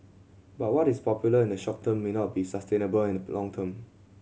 but what is popular in the short term may not be sustainable in the long term